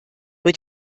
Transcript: wird